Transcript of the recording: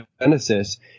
Genesis